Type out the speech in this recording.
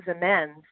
amends